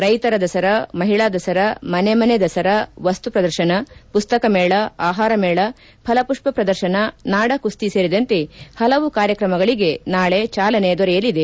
ರೈತರ ದಸರಾ ಮಹಿಳಾ ದಸರಾ ಮನೆ ಮನೆ ದಸರಾ ವಸ್ತು ಪ್ರದರ್ಶನ ಪುಸ್ತಕ ಮೇಳ ಆಹಾರ ಮೇಳ ಫಲಪುಷ್ವ ಪ್ರದರ್ಶನ ನಾಡ ಕುಸ್ತಿ ಸೇರಿದಂತೆ ಪಲವು ಕಾರ್ಯತ್ರಮಗಳಿಗೆ ನಾಳೆ ಚಾಲನೆ ದೊರೆಯಲಿದೆ